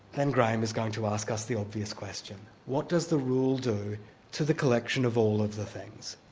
then graham is going to ask us the obvious question what does the rule do to the collection of all of the things?